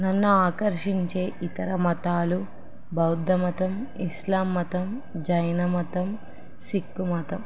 నన్ను ఆకర్షించే ఇతర మతాలు బౌద్ధ మతం ఇస్లాం మతం జైైన మతం సిక్కు మతం